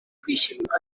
kwishimirwa